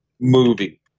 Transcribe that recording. movie